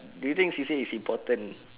do you think C_C_A is important